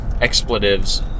expletives